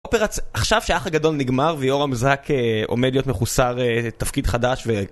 אופרצ... עכשיו שאח הגדול נגמר ויורם זק אומר להיות מחוסר תפקיד חדש ו...